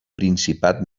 principat